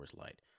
Light